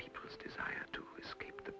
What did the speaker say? people's desire to escape the